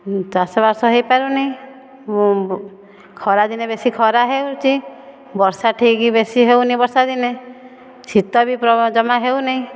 ଚାଷବାସ ହୋଇପାରୁନି ଖରା ଦିନେ ବେଶି ଖରା ହେଉଛି ବର୍ଷା ଠିକ ବେଶୀ ହେଉନି ବର୍ଷା ଦିନେ ଶୀତ ବି ଜମା ହେଉନାହିଁ